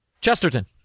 Chesterton